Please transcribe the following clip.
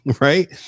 right